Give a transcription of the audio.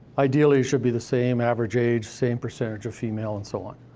ideally, it should be the same average age, same percentage of female, and so on.